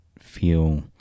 feel